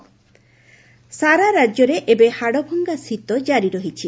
ଶୀତଲହରୀ ସାରା ରାକ୍ୟରେ ଏବେ ହାଡ଼ଭଙ୍ଗା ଶୀତ ଜାରି ରହିଛି